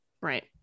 Right